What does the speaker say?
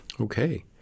Okay